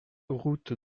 route